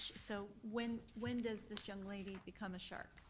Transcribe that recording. so when when does this young lady become a shark?